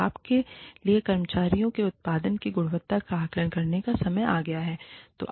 अब आपके लिए कर्मचारी के उत्पादन की गुणवत्ता का आकलन करने का समय आ गया है